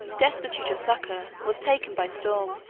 destitute of succor, was taken by storm.